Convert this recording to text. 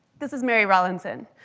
this is mary rowlandson.